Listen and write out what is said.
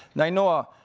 nainoa,